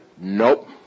Nope